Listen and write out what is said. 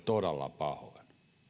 todella pahoin